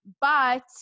but-